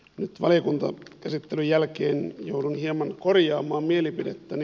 nyt valiokuntakäsittelyn jälkeen joudun hieman korjaamaan mielipidettäni